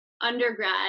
undergrad